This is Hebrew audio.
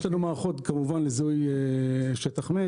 יש לנו מערכות לזיהוי שטח מת